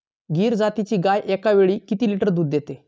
गीर जातीची गाय एकावेळी किती लिटर दूध देते?